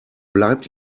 bleibt